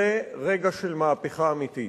זה רגע של מהפכה אמיתית,